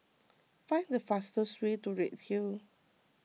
find the fastest way to Redhill